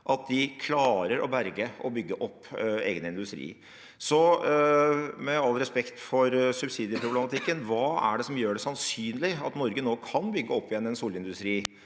at de klarer å berge og bygge opp egen industri. Så med all respekt for subsidieproblematikken – hva er det som gjør det sannsynlig at Norge nå kan bygge opp igjen en solindustri